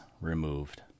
removed